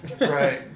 Right